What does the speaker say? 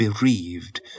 bereaved